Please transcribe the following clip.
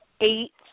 eight